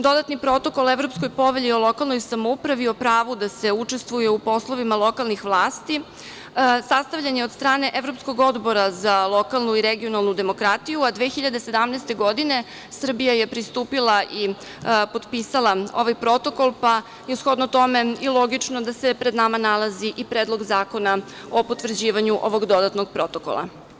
Dodatni protokol Evropskoj povelji o lokalnoj samoupravi o pravu da se učestvuje u poslovima lokalnih vlasti, sastavljen je od strane Evropskog odbora za lokalnu i regionalnu demokratiju, a 2017. godine, Srbija je pristupila i potpisala ovaj protokol, pa je shodno tome i logično da se pred nama nalazi i Predlog zakona o potvrđivanju ovog dodatnog Protokola.